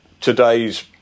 today's